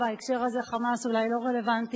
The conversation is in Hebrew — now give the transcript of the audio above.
בהקשר הזה "חמאס" אולי לא רלוונטי,